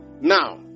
Now